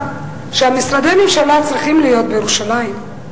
שמשרדי הממשלה צריכים להיות בירושלים,